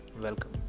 welcome